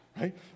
right